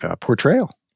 Portrayal